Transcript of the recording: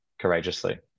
courageously